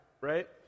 right